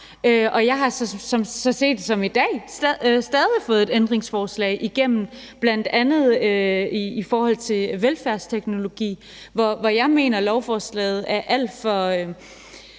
i dag stadig fået et ændringsforslag igennem, bl.a. i forhold til velfærdsteknologi, hvor jeg mener, at lovforslaget er alt for